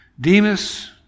Demas